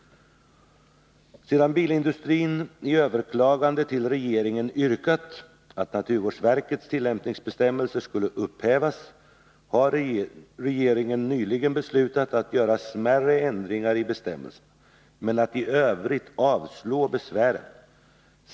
Sedan bilindustrin i överklagande till regeringen yrkat att naturvårdsverkets tillämpningsbestämmelser skulle upphävas, har regeringen nyligen beslutat att göra smärre ändringar i bestämmelserna men att i övrigt avslå besvären.